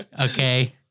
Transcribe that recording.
Okay